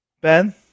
Ben